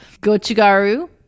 gochugaru